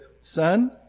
son